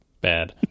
bad